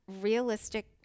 realistic